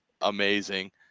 amazing